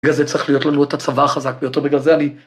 בגלל זה צריך להיות לנו את הצבא החזק ביותר, בגלל זה אני...